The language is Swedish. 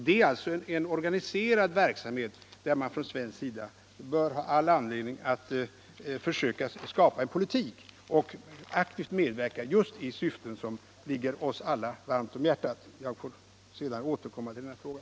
Det är fråga om en organiserad verksamhet, inför vilken Sverige har all anledning att försöka skapa en politik och att aktivt medverka till att främja syften som ligger oss alla varmt om hjärtat. Jag får återkomma senare i denna fråga.